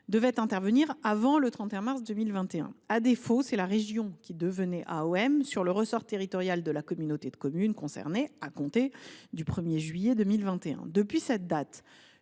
devait intervenir avant le 31 mars 2021. À défaut, c’est la région qui devenait AOM sur le ressort territorial de la communauté de communes concernée à compter du 1 juillet 2021. Depuis cette date,